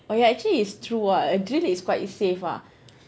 oh ya actually it's true ah a drill is quite safe ah